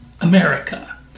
America